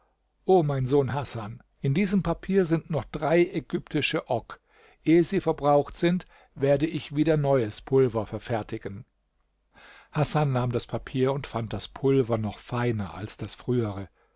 o mein sohn hasan in diesem papier sind noch drei ägyptische ok ehe sie verbraucht sind werde ich wieder neues pulver verfertigen hasan nahm das papier und fand das pulver noch feiner als das frühere